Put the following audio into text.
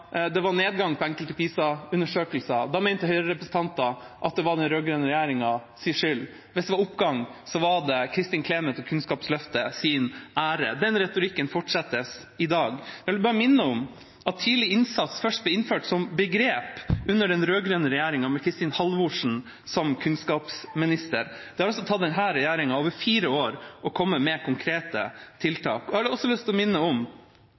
det var nedgang i resultatene i enkelte PISA-undersøkelser, mente Høyre-representanter at det var den rød-grønne regjeringas skyld. Hvis det var oppgang i resultatene, var det Kristin Clemets og Kunnskapsløftets ære. Den retorikken fortsetter i dag. Jeg vil bare minne om at begrepet «tidlig innsats» først ble innført under den rød-grønne regjeringa, med Kristin Halvorsen som kunnskapsminister. Det har altså tatt denne regjeringa over fire år å komme med konkrete tiltak. Jeg har også lyst å minne om